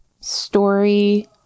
story